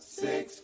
six